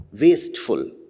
wasteful